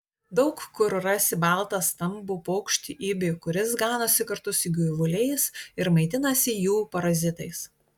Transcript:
daug kur rasi baltą stambų paukštį ibį kuris ganosi kartu su gyvuliais ir maitinasi jų parazitais